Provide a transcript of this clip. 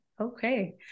Okay